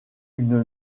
une